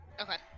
Okay